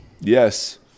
Yes